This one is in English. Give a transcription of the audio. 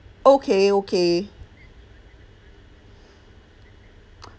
okay okay